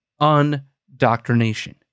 Undoctrination